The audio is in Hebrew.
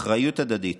אחריות הדדית